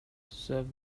serve